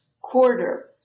quarter